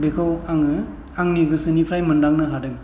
बेखौ आङो आंनि गोसोनिफ्राय मोन्दांनो हादों